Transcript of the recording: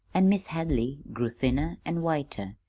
an' mis' hadley grew thinner an' whiter,